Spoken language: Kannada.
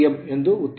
ಇದು ಉತ್ತರವಾಗಿದೆ